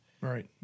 Right